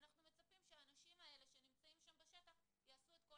ואנחנו מצפים שהאנשים האלה שנמצאים שם בשטח יעשו את כל